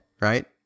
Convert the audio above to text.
right